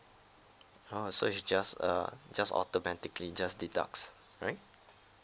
orh so it's just a just automatically just deducts right